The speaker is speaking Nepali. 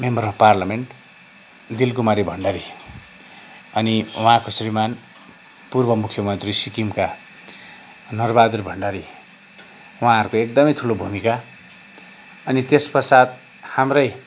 member of parliament Dilkumari Bhandari अनि उहाँका श्रीमान पूर्व मुख्यमन्त्री सिक्किमका नरबहादुर भण्डारी उहाँहरूको एकदमै ठुलो भूमिका अनि त्यस पश्चात् हाम्रै